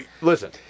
Listen